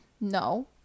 No